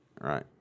Right